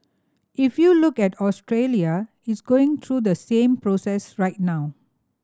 if you look at Australia it's going through the same process right now